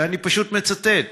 ואני פשוט מצטט,